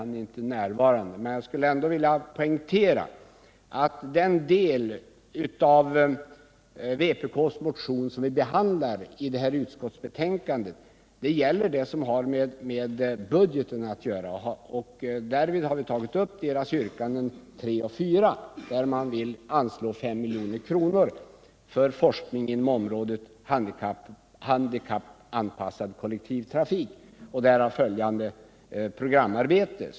Han är inte närvarande i kammaren nu, men jag vill ändå poängtera att den del av vpk:s motion som behandlas i det här utskottsbetänkandet gäller vad som har med budgeten att göra. Vi har tagit upp motionens yrkanden 3 och 4, där man vill anslå 5 milj.kr. till forskning inom området handikappanpassad kollektivtrafik och därav följande programarbete.